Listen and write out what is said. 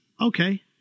Okay